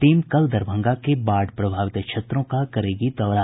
team कल दरभंगा के बाढ़ प्रभावित क्षेत्रों का करेगी दौरा